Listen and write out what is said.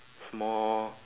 small